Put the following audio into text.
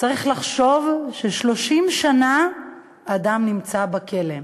צריך לחשוב ש-30 שנה אדם נמצא בכלא.